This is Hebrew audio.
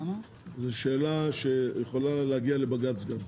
זו שאלה שיכולה להגיע לבג"ץ גם.